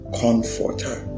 comforter